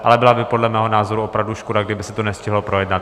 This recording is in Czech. Ale byla by podle mého názoru opravdu škoda, kdyby se to nestihlo projednat.